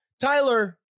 Tyler